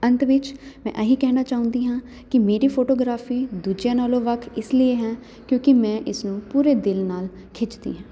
ਅੰਤ ਵਿੱਚ ਮੈਂ ਆਹੀ ਕਹਿਣਾ ਚਾਹੁੰਦੀ ਹਾਂ ਕਿ ਮੇਰੀ ਫੋਟੋਗ੍ਰਾਫੀ ਦੂਜਿਆਂ ਨਾਲੋਂ ਵੱਖ ਇਸ ਲੀਏ ਹੈ ਕਿਉਂਕਿ ਮੈਂ ਇਸਨੂੰ ਪੂਰੇ ਦਿਲ ਨਾਲ ਖਿੱਚਦੀ ਹਾਂ